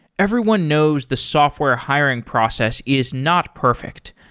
everyone knows the software hiring process is not perfect.